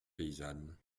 paysanne